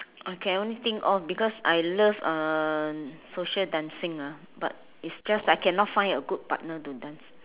I can only think of because I love uh social dancing ah but it's just I cannot find a good partner to dance